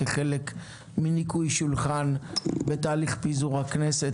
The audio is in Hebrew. כחלק מניקוי שולחן בתהליך פיזור הכנסת.